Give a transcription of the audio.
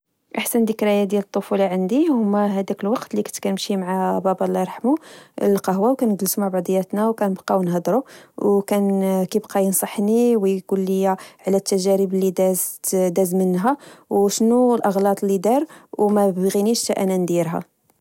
أحسن دكرايات ديال الطفولة عندي هما هداك الوقت اللي كنت كنمشي فيها مع بابا الله يرحمو لقهوة. كنا نجلسو مع بعضيتنا ، وكنبقاو نهضرو، وكان كبقا ينصحني وچول ليا على التجارب لدات داز منها أو شنو الأغلاط لدار وميبغنيش تأنا نديرها